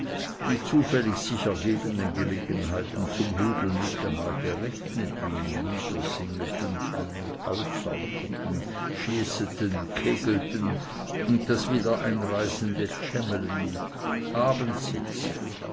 die zufällig sich ergebenden gelegenheiten zum hudeln nicht einmal gerechnet wie niedersingeten an und aussaufeten schießeten kegelten und das wieder einreißende tschämeln abendsitze